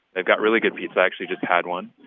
they've got really good pizza. i actually just had one.